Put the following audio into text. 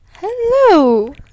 Hello